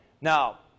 Now